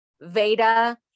Veda